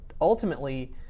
ultimately